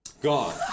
Gone